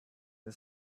and